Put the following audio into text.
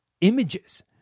images